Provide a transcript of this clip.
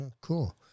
Cool